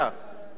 אנחנו עושים,